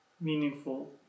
meaningful